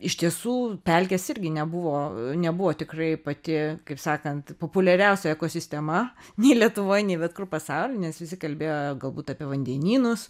iš tiesų pelkės irgi nebuvo nebuvo tikrai pati kaip sakant populiariausioje ekosistema nei lietuvoj nei bet kur pasauly nes visi kalbėjo galbūt apie vandenynus